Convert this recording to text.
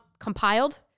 compiled